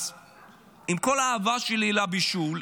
אז עם כל האהבה שלי לבישול,